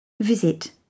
Visit